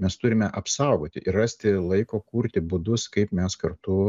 mes turime apsaugoti ir rasti laiko kurti būdus kaip mes kartu